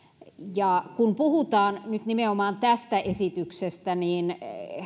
puhutaan nyt nimenomaan tästä esityksestä